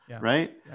right